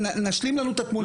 נשלים לנו את התמונה.